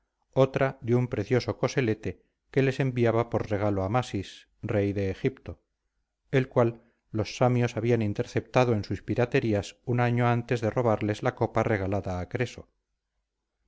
otra de un precioso coselete que les enviaba por regalo amasis rey de egipto el cual los samios habían interceptado en sus piraterías un año antes de robarles la copa regalada a creso